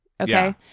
Okay